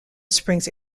springs